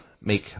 make